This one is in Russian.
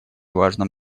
важном